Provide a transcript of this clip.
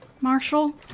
Marshall